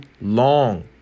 long